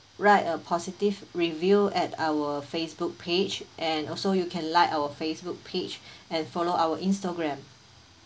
write a positive review at our Facebook page and also you can like our Facebook page and follow our Instagram